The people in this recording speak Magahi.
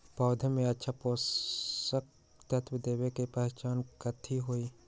पौधा में अच्छा पोषक तत्व देवे के पहचान कथी हई?